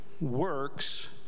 works